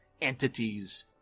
entities